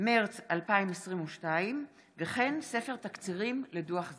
מרץ 2022, וספר תקצירים לדוח זה.